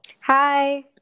Hi